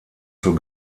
zur